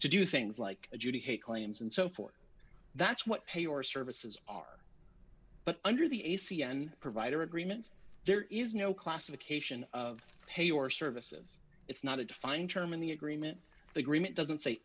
to do things like adjudicate claims and so forth that's what pay or services are but under the a c n provider agreement there is no classification of pay or services it's not a defined term in the agreement agreement doesn't say